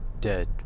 dead